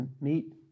meet